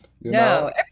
No